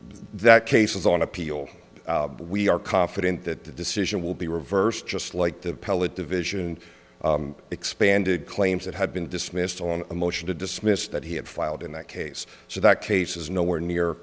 that case is on appeal but we are confident that the decision will be reversed just like the pellet division expanded claims that had been dismissed on a motion to dismiss that he had filed in that case so that case is nowhere near